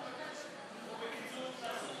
או בקיצור, תעשו